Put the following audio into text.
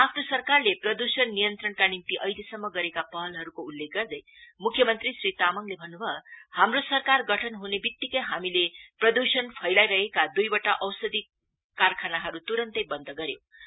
आफ्नो सरकारले प्रदुषण नियन्त्रणका निम्ति अहिलेसम्म गरेका पहलहरूको उल्लेख गर्दै मुख्य मंत्री श्री तामाङले भन्नु भयो हाम्रो सरकार गठन हुनवित्तिकै हामीले प्रदुषण फैलाइ रहेका दुईवटा औषधि कारखानाहरू तुरन्तै बन्द गर्यौं